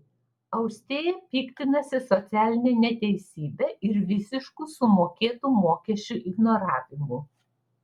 austėja piktinasi socialine neteisybe ir visišku sumokėtų mokesčių ignoravimu